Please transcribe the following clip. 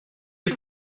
est